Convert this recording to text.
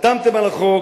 חתמתם על החוק,